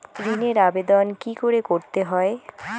ঋণের আবেদন কি করে করতে হয়?